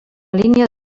línia